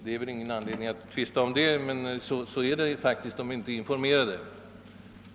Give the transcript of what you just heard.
Det finns väl ingen anledning att tvista om detta, men så är det faktiskt. De är tydligen inte informerade om pågående samråd. - Ordet lämnades på begäran till